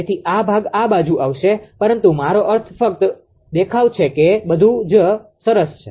તેથી આ ભાગ આ બાજુ આવશે પરંતુ મારો અર્થ ફક્ત દેખાવ છે કે બધું જ સરસ છે